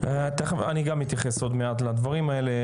תכף אני גם אתייחס עוד מעט לדברים האלה.